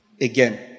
again